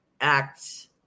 acts